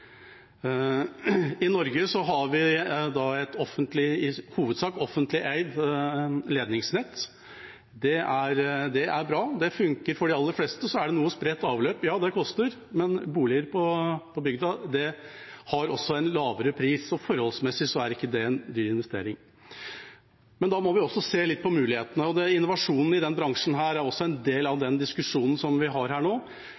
I Norge har vi et i hovedsak offentlig eid ledningsnett. Det er bra. Det funker for de aller fleste. Så er det noe spredt avløp. Ja, det koster, men boliger på bygda har også en lavere pris, så forholdsmessig er ikke det en dyr investering. Men da må vi også se litt på mulighetene. Innovasjonen i denne bransjen er også en del av den diskusjonen som vi har her nå.